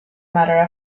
matter